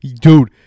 Dude